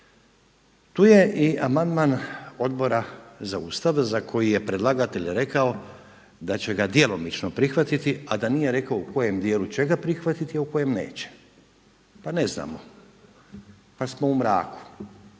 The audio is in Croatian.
Tu je i amandman Odbora za Ustav za koji je predlagatelj rekao da će ga djelomično prihvatiti, a da nije rekao u kojem dijelu će ga prihvatiti, a u kojem neće pa ne znamo pa smo u mraku.